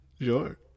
sure